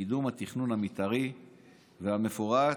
לקידום התכנון המתארי והמפורט